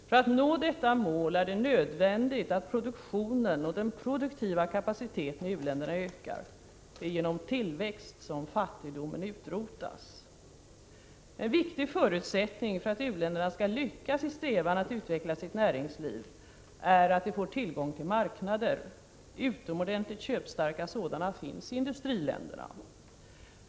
För att nå detta mål är det nödvändigt att produktionen och den produktiva kapaciteten i u-länderna ökar. Det är genom tillväxt som fattigdomen utrotas. En viktig förutsättning för att u-länderna skall lyckas i strävan att utveckla sitt näringsliv är att de får tillgång till marknader. Utomordentligt köpstarka sådana finns i industriländerna.